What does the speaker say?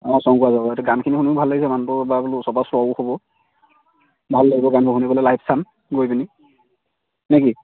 অঁ শংকুৰাজৰ এতিয়া গানখিনি শুনিও ভাল লাগিছে মানুহটো এবাৰ বোলো ওচৰৰ পৰা চোৱাও হ'ব ভাল লাগিব গানবোৰ শুনি পেলাই লাইভ চাম গৈ পিনি নেকি